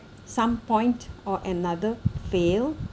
some point or another fail